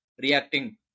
reacting